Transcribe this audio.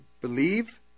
believe